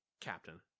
captain